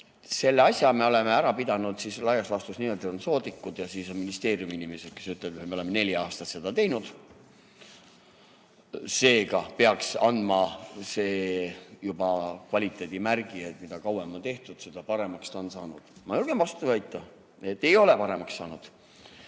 selle asja me oleme ära [teinud], et laias laastus on saadikud ja siis on ministeeriumi inimesed, kes ütlevad, et me oleme neli aastat seda teinud. Seega peaks juba see andma kvaliteedimärgi: mida kauem on tehtud, seda paremaks see on saanud. Ma julgen vastu väita, et ei ole paremaks saanud.